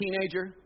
Teenager